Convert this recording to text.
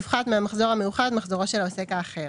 יופחת מהמחזור המאוחד מחזורו של העוסק האחר,